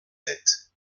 sept